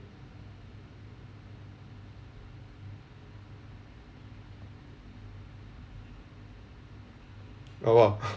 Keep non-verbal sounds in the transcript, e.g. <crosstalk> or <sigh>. oh !wow! <breath>